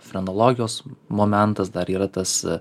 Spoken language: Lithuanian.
fenologijos momentas dar yra tas